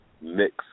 mix